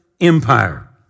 empire